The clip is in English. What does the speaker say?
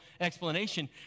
explanation